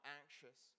anxious